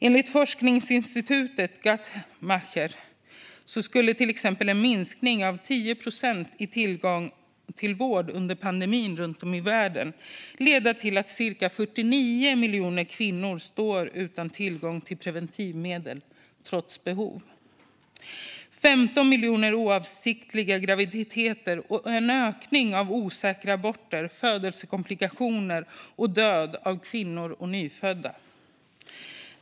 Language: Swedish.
Enligt forskningsinstitutet Guttmacher Institute skulle till exempel en minskning med 10 procent i fråga om tillgång till vård under pandemin runt om i världen leda till att ca 49 miljoner kvinnor står utan tillgång till preventivmedel trots behov. Det skulle också leda till 15 miljoner oavsiktliga graviditeter och en ökning av osäkra aborter, födelsekomplikationer och död för kvinnor och nyfödda.